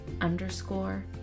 underscore